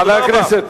תודה רבה.